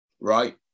right